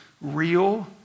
real